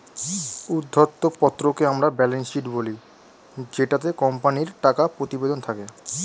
উদ্ধৃত্ত পত্রকে আমরা ব্যালেন্স শীট বলি জেটাতে কোম্পানির টাকা প্রতিবেদন থাকে